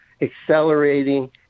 accelerating